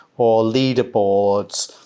or leaderboards,